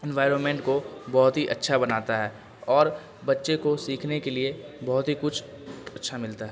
environment کو بہت ہی اچھا بناتا ہے اور بچے کو سیکھنے کے لیے بہت ہی کچھ اچھا ملتا ہے